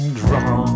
draw